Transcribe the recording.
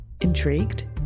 Intrigued